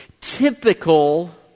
typical